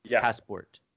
passport